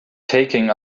taking